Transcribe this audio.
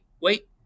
wait